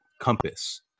compass